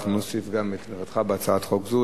יציג את הצעת החוק חבר הכנסת מוץ מטלון.